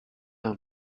are